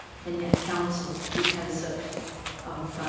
and yet council, because of of